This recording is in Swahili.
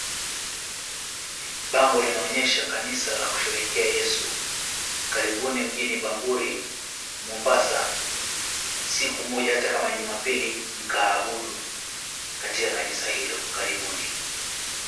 Bango linaonyesha kanisa la kusherehekea Yesu. Karibuni mjini Bamburi, Mombasa siku moja hata kama ni Jumapili mkaabudu katika kanisa hilo, karibuni.